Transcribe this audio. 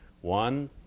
one